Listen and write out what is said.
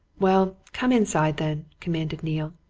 well, come inside, then, commanded neale.